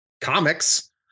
comics